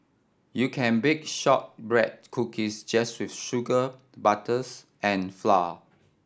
you can bake shortbread cookies just with sugar butters and flour